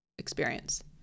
experience